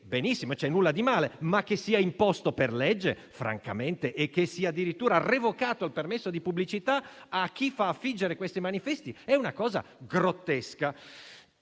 Benissimo, non c'è nulla di male, ma che sia imposto per legge e che sia addirittura revocato il permesso di pubblicità a chi fa affiggere questi manifesti è francamente una cosa grottesca.